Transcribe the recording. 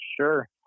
Sure